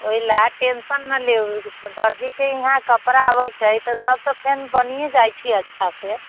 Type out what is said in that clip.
ओहिलए टेन्शन नहि लिऔ दर्जीके यहाँ कपड़ा अबै छै तऽ से तऽ फेर बनिए जाइ छै अच्छासँ